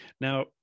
Now